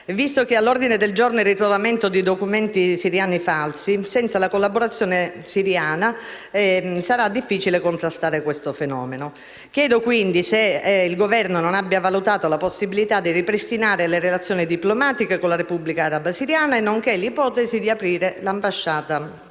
Visto che è all'ordine del giorno il ritrovamento di documenti siriani falsi, senza la collaborazione siriana sarà difficile contrastare questo fenomeno. Chiedo, quindi, se il Governo abbia valutato la possibilità di ripristinare le relazioni diplomatiche con la Repubblica araba siriana, nonché l'ipotesi di aprire l'ambasciata